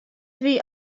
wie